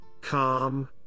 calm